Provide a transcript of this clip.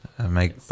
Make